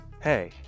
Hey